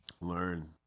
learn